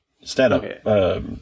stand-up